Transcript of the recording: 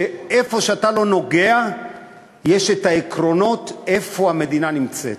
איפה שאתה לא נוגע יש עקרונות איפה המדינה נמצאת.